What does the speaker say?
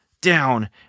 down